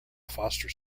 foster